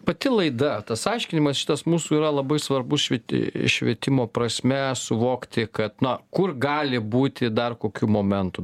pati laida tas aiškinimas šitas mūsų yra labai svarbus švyti švietimo prasme suvokti kad na kur gali būti dar kokių momentų